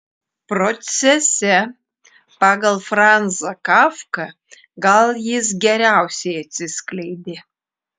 procese pagal franzą kafką gal jis geriausiai atsiskleidė